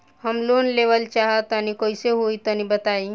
हम लोन लेवल चाहऽ तनि कइसे होई तनि बताई?